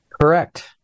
Correct